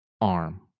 arm